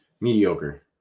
Mediocre